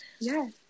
Yes